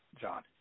John